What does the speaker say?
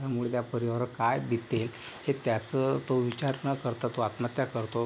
त्यामुळे त्या परिवारावर काय बितते हे त्याचं तो विचार न करता तो आत्महत्या करतो